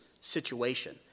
situation